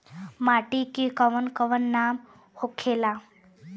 माटी के कौन कौन नाम होखे ला?